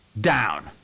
down